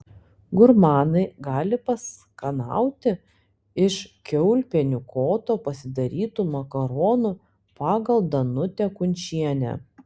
gurmanai gali paskanauti iš kiaulpienių kotų pasidarytų makaronų pagal danutę kunčienę